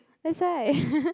that's why